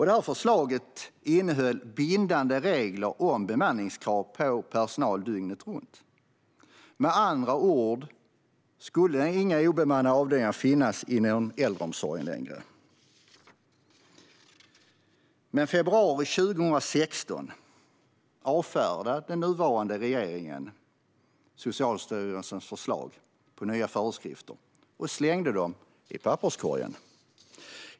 Detta förslag innehöll bindande regler om bemanningskrav på personal dygnet runt. Med andra ord skulle det inte längre finnas några obemannade avdelningar inom äldreomsorgen. Men i februari 2016 avfärdade den nuvarande regeringen Socialstyrelsens förslag på nya föreskrifter och slängde dem i papperskorgen.